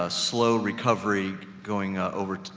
ah slow recovery going, ah, over,